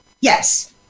Yes